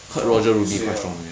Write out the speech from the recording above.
ah you say ah